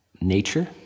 nature